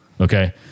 okay